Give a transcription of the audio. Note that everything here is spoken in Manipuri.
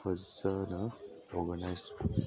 ꯐꯖꯅ ꯑꯣꯔꯒꯅꯥꯏꯁ